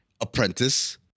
apprentice